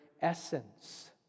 essence